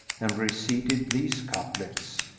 and reseated these couplets.